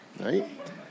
right